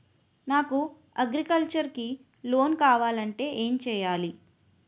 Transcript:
నాకు అగ్రికల్చర్ కి లోన్ కావాలంటే ఏం చేయాలి?